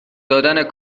دادن